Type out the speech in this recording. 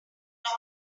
plot